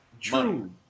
True